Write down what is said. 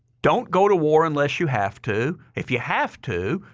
don't go to war unless you have to. if you have to,